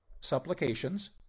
supplications